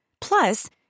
Plus